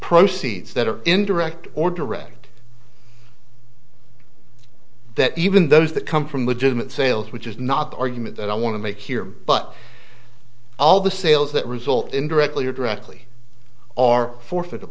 proceeds that are indirect or direct that even those that come from with sales which is not the argument that i want to make here but all the sales that result indirectly or directly are for for the